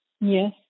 yes